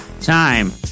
time